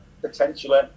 potentially